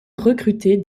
recruter